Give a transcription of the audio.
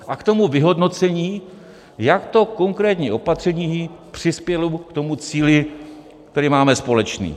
A k tomu vyhodnocení, jak to konkrétní opatření přispělo k tomu cíli, který máme společný.